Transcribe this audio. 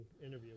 interview